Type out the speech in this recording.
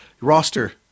roster